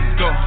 go